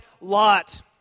Lot